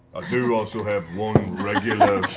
do also have one regular,